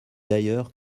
d’ailleurs